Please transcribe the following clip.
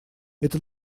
это